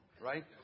right